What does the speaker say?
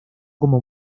como